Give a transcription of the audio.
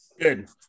Good